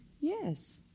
Yes